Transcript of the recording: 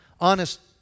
honest